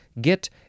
get